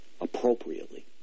appropriately